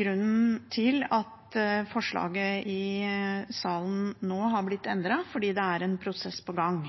grunnen til at forslaget i salen nå har blitt endret, for det er en prosess på gang.